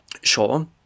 sure